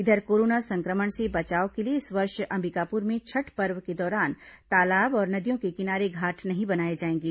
इधर कोरोना संक्रमण से बचाव के लिए इस वर्ष अंबिकापुर में छठ पर्व के दौरान तालाब और नदियों के किनारे घाट नहीं बनाए जाएंगे